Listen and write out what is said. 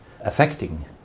affecting